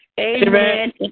amen